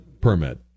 permit